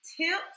tips